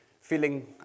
feeling